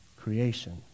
creation